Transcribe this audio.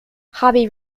hobby